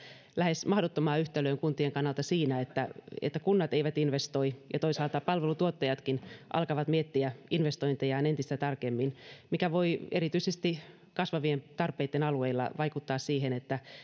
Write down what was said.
lähes mahdottomaan yhtälöön kuntien kannalta siinä että että kunnat eivät investoi ja toisaalta palvelutuottajatkin alkavat miettiä investointejaan entistä tarkemmin mikä voi erityisesti kasvavien tarpeitten alueilla vaikuttaa siihen että